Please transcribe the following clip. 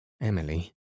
Emily